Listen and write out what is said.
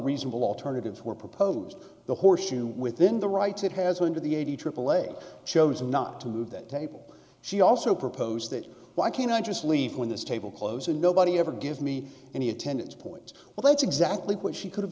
reasonable alternatives were proposed the horseshoe within the rights it has under the eighty aaa chose not to move that table she also proposed that why can't i just leave when this table close and nobody ever give me any attendance points well that's exactly what she could have